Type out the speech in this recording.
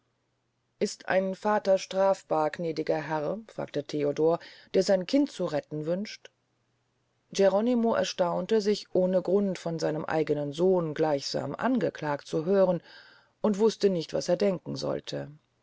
ist ein vater strafbar gnädiger herr fragte theodor der sein kind zu retten wünscht geronimo erstaunte sich ohne grund von seinem eignen sohn gleichsam angeklagt zu hören und wuste nicht was er denken sollte